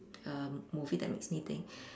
a movie that makes me think